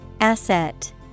Asset